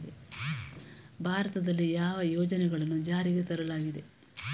ಭಾರತದಲ್ಲಿ ಯಾವ ಯೋಜನೆಗಳನ್ನು ಜಾರಿಗೆ ತರಲಾಗಿದೆ?